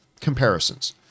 comparisons